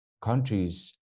countries